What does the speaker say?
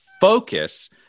focus